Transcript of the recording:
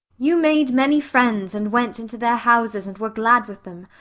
you made many friends and went into their houses and were glad with them,